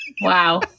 Wow